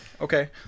okay